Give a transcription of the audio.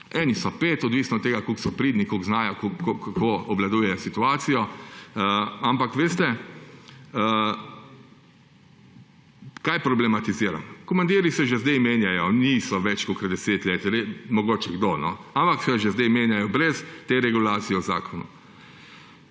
eni so pet, odvisni od tega, koliko so pridni, koliko znajo, koliko obvladujejo situacijo. Ampak veste, kaj problematiziram? Komandirji se že zdaj menjajo, niso več kakor 10 let, mogoče kdo. Ampak se že zdaj menjajo brez te regulacije v zakonu.